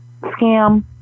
Scam